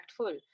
impactful